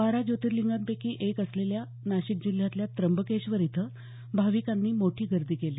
बारा ज्योतिर्लिंगापैकी एक असलेल्या नाशिक जिल्ह्यातल्या त्र्यंबकेश्वर इथं भाविकांनी मोठी गर्दी केली